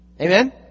Amen